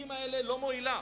במזיקים האלה לא מועילה,